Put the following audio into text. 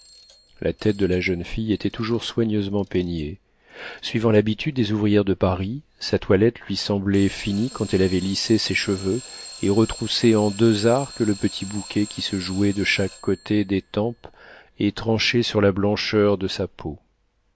la tête de la jeune fille était toujours soigneusement peignée suivant l'habitude des ouvrières de paris sa toilette lui semblait finie quand elle avait lissé ses cheveux et retroussé en deux arcs le petit bouquet qui se jouait de chaque côté des tempes et tranchait sur la blancheur de sa peau